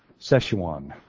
Sichuan